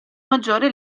maggiore